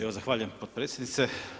Evo zahvaljujem potpredsjednice.